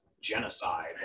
genocide